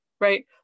right